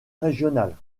régionale